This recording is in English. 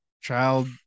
child